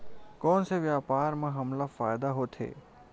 कोन से व्यापार म हमला फ़ायदा होथे?